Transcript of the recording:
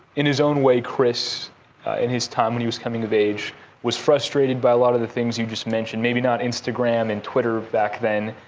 in his own way, chris in his time when he was coming of age was frustrated by a lot of the things you just mentioned maybe not instagram and twitter back then,